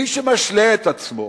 מי שמשלה את עצמו